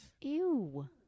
Ew